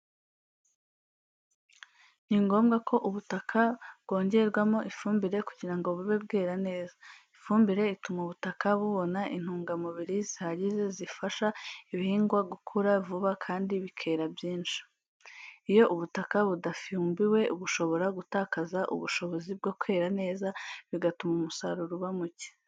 Ni ngombwa ko ubutaka bwongerwamo ifumbire kugira ngo bube bwera neza. Ifumbire ituma ubutaka bubona intungamubiri zihagije zifasha ibihingwa gukura vuba kandi bikera byinshi. Iyo ubutaka budafumbijwe, bushobora gutakaza ubushobozi bwo kwera neza, bigatuma umusaruro uba muke.